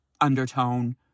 undertone